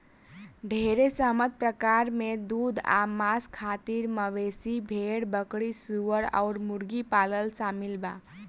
ढेरे सहमत प्रकार में दूध आ मांस खातिर मवेशी, भेड़, बकरी, सूअर अउर मुर्गी पालन शामिल बा